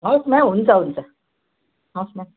हवस् म्याम हुन्छ हुन्छ हवस् म्याम